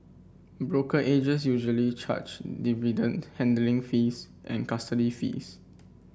brokerages usually charge dividend handling fees and custody fees